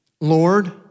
Lord